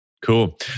Cool